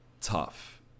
tough